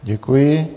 Děkuji.